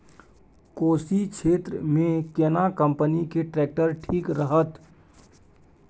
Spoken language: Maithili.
कोशी क्षेत्र मे केना कंपनी के ट्रैक्टर ठीक रहत?